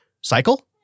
cycle